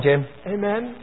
Amen